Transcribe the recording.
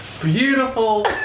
Beautiful